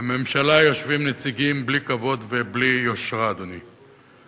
בממשלה יושבים נציגים בלי כבוד ובלי יושרה, אדוני.